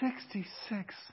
Sixty-six